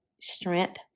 strength